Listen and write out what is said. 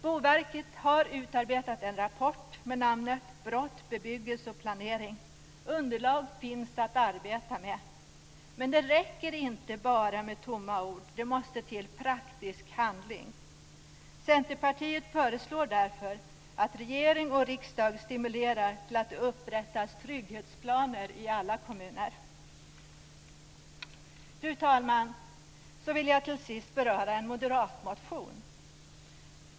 Boverket har utarbetat en rapport med namnet Brott, bebyggelse och planering. Underlag finns alltså att arbeta med. Men det räcker inte bara med tomma ord - det måste till praktisk handling. Centerpartiet föreslår därför att regering och riksdag stimulerar till upprättandet av trygghetsplaner i alla kommuner. Fru talman! Till sist vill jag beröra en moderatmotion.